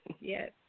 Yes